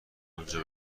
اونجا